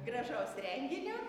gražaus renginio